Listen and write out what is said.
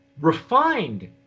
refined